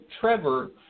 Trevor